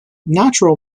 natural